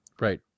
right